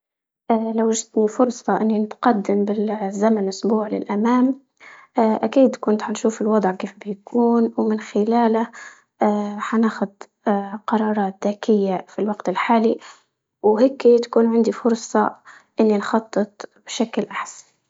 اه لوجدتي فرصة اني نتقدم بالزمن اسبوع للامام، اه اكيد كنت حنشوف الوضع كيف بيكون ومن خلاله اه حناخد اه قرارات ذكية في الوقت الحالي، وهيك تكون عندي فرصة اني نخطط بشكل احسن